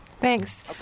Thanks